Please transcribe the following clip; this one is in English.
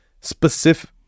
specific